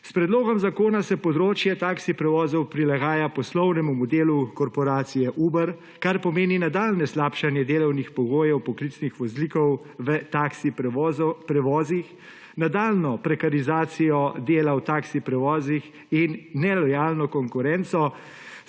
S predlogom zakona se področje taksi prevozov prilagaja poslovnemu modelu korporacije Uber, kar pomeni nadaljnje slabšanje delovnih pogojev poklicnih voznikov v taksi prevozih, nadaljnjo prekarizacijo dela v taksi prevozih in nelojalno konkurenco